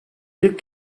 i̇lk